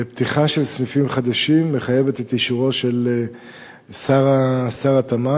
פתיחה של סניפים חדשים מחייבת את אישורו של שר התמ"ת.